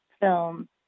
film